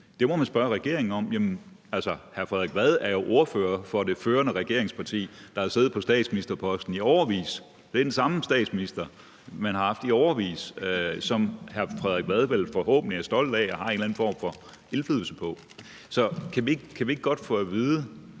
Det må man spørge regeringen om. Jamen altså, hr. Frederik Vad er jo ordfører for det førende regeringsparti, der har siddet på statsministerposten i årevis; det er den samme statsminister, man har haft i årevis, og som hr. Frederik Vad vel forhåbentlig er stolt af og har en eller anden form for indflydelse på. Så kan vi ikke godt få at vide,